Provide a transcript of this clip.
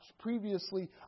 previously